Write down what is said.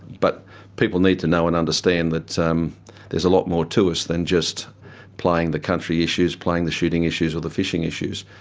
but people need to know and understand that um there's a lot more to us than just playing the country issues, playing the shooting issues or the fishing issues.